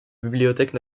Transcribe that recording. bibliothèque